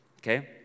Okay